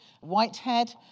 Whitehead